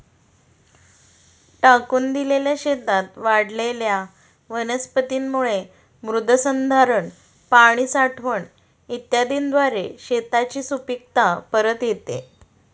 त्या टाकून दिलेल्या शेतात वाढलेल्या वनस्पतींमुळे मृदसंधारण, पाणी साठवण इत्यादीद्वारे शेताची सुपीकता परत येते